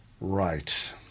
Right